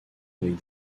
avec